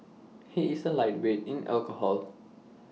he is A lightweight in alcohol